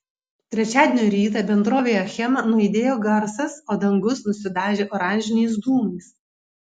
trečiadienio rytą bendrovėje achema nuaidėjo garsas o dangus nusidažė oranžiniais dūmais